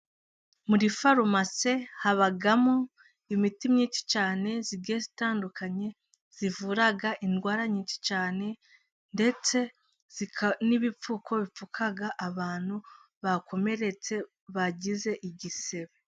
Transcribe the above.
Muri farumase habamo imiti myinshi cyane igiye itandukanye, ivura indwara nyinshi cyane, ndetse n'ibipfuko bipfuka abantu bakomeretse, bagize igisebe.